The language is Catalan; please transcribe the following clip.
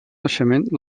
naixement